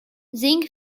zinc